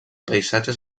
paisatges